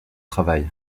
travail